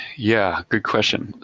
yeah, good question.